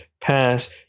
pass